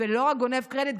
ולא רק גונב קרדיט,